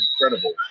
incredible